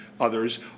others